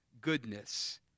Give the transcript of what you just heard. goodness